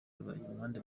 rubagimpande